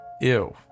Ew